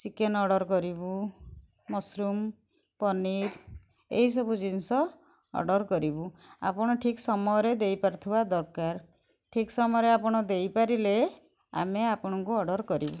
chicken order କରିବୁ mushroom paneer ଏସବୁ ଜିନିଷ ଅର୍ଡ଼ର୍ କରିବୁ ଆପଣ ଠିକ୍ ସମୟରେ ଦେଇପାରୁଥିବା ଦରକାର ଠିକ୍ ସମୟରେ ଆପଣ ଦେଇପାରିଲେ ଆମେ ଆପଣଙ୍କୁ ଅର୍ଡ଼ର୍ କରିବୁ